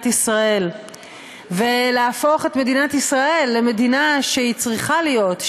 ישראל ולהפוך את מדינת ישראל למדינה שהיא צריכה להיות,